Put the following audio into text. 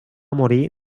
morir